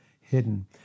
Hidden